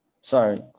Sorry